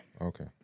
Okay